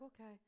okay